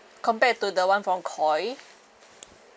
compared to the [one] from Koi